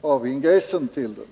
av ingressen till denna.